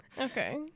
okay